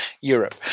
Europe